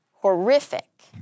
Horrific